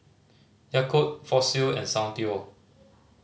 Yakult Fossil and Soundteoh